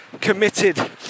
committed